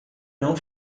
não